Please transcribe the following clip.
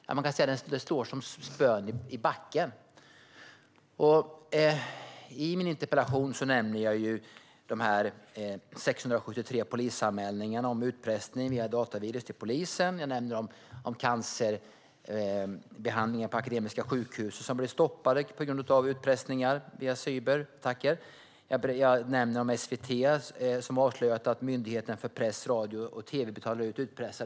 Man kan säga att de står som spön i backen. I min interpellation nämner jag de 673 polisanmälningarna om utpressning via datavirus. Jag nämner de cancerbehandlingar på Akademiska sjukhuset som blev stoppade på grund av utpressning via cyberattacker. Jag nämner att SVT avslöjat att Myndigheten för press, radio och tv betalar ut skattepengar till utpressare.